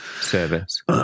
service